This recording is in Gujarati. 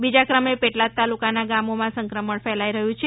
બીજા કમે પેટલાદ તાલુકાના ગામોમાં સંક્રમણ ફેલાઈ રહ્યું છે